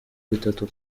bitatu